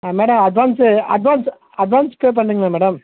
ஆ madam advance advance advance pay பண்ணுறிங்களா madam